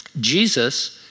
Jesus